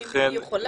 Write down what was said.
אם היא יכולה.